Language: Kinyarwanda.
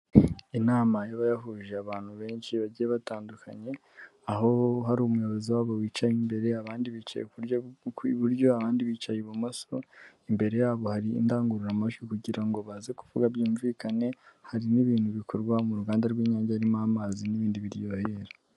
Inama iba yahuje abantu benshi bagiye batandukanye, aho hari umuyobozi wabo wicaye imbere, abandi bicaye iburyo, abandi bicaye ibumoso, imbere yabo hari indangururamajwi kugira ngo baze kuvuga byumvikane, hari n'ibintu bikorwa mu ruganda rw'Inyange harimo amazi n'ibindi biryohera.